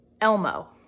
Elmo